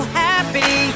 happy